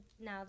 now